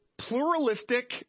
pluralistic